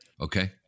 okay